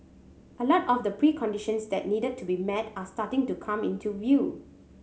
a lot of the preconditions that needed to be met are starting to come into view